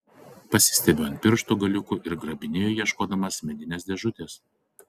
pasistiebiu ant pirštų galiukų ir grabinėju ieškodamas medinės dėžutės